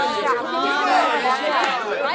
আচ্ছা আপনি মানে কবে আসবেন